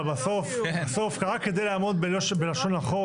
אבל בסוף רק כדי לעמוד בלשון החוק